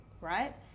right